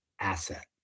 asset